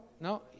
No